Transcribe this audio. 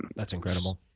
that's incredible.